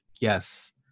yes